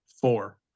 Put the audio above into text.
four